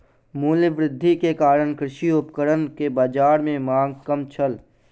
मूल्य वृद्धि के कारण कृषि उपकरण के बाजार में मांग कम छल